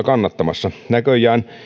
kannattamassa näköjään